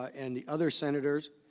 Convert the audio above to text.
and the other senators